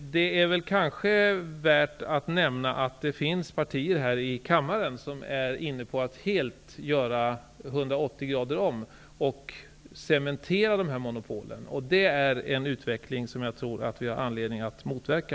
Det är kanske värt att nämna att det finns partier här i kammaren som är inne på att göra 180 grader om och cementera dessa monopol. Det är en utveckling som jag tror att vi har anledning att motverka.